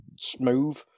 smooth